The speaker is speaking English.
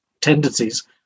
tendencies